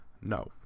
No